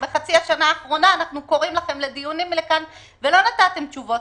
שבחצי השנה האחרונה אנחנו קוראים לכם לדיונים לכאן ולא נתתם תשובות.